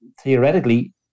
theoretically